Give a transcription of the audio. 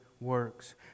works